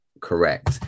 correct